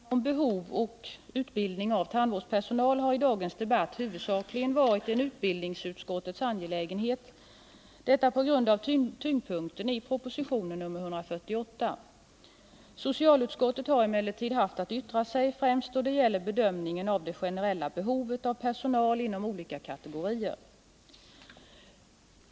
Fru talman! Frågan om behov och utbildning av tandvårdspersonal har i dagens debatt huvudsakligen varit en utbildningsutskottets angelägenhet, detta på grund av tyngdpunkten i propositionen 148. Socialutskottet har emellertid haft att yttra sig, främst då det gäller bedömningen av det generella behovet av personal inom olika kategorier.